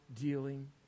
dealing